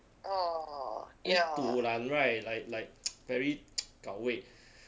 du lan [right] like like very gao wei